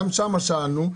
גם שם שאלנו,